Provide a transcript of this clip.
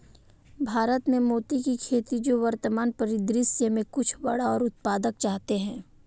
भारत में मोती की खेती जो वर्तमान परिदृश्य में कुछ बड़ा और उत्पादक चाहते हैं